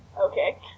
Okay